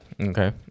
Okay